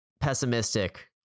Pessimistic